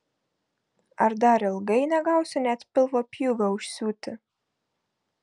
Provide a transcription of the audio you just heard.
ar dar ilgai negausiu net pilvo pjūvio užsiūti